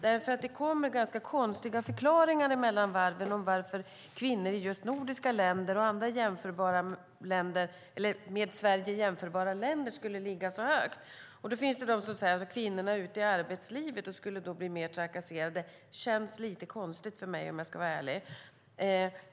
Det kommer konstiga förklaringar mellan varven om varför kvinnor i just nordiska länder och andra med Sverige jämförbara länder skulle ligga så högt. Det finns de som säger att kvinnorna ute i arbetslivet skulle bli mer trakasserade. Det känns lite konstigt för mig, om jag ska vara ärlig.